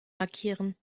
markieren